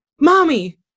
mommy